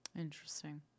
Interesting